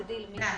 תודה.